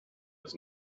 was